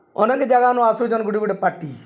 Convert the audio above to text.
ଅନେକ ଜାଗାନ ଆସୁଚନ୍ ଗୁଟେ ଗୁଟେ ପାର୍ଟି